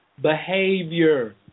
behavior